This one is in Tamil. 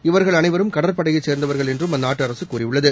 இவர்கள் அனைவரும் கடற்படையை சேர்ந்தவர்கள் என்றும் அந்நாட்டு அரசு கூறியுள்ளது